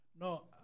No